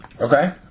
Okay